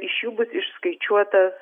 iš jų bus išskaičiuotas